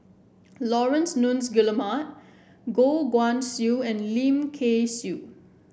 Laurence Nunns Guillemard Goh Guan Siew and Lim Kay Siu